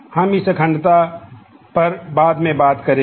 हम इस अखंडता पर बाद में बात करेंगे